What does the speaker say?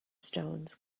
stones